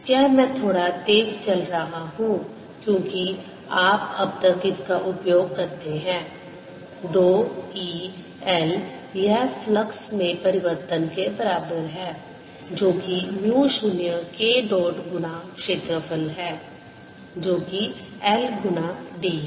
यह मैं थोड़ा तेज चल रहा हूं क्योंकि आप अब तक इसका उपयोग करते हैं 2 E l यह फ्लक्स में परिवर्तन के बराबर है जो कि म्यू 0 K डॉट गुना क्षेत्रफल है जो कि l गुना d है